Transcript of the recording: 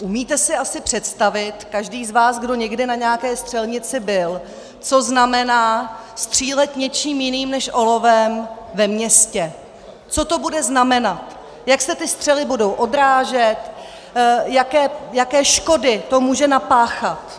Umíte si asi představit, každý z vás, kdo někdy na nějaké střelnici byl, co znamená střílet něčím jiným než olovem ve městě, co to bude znamenat, jak se ty střely budou odrážet, jaké škody to může napáchat.